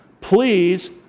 please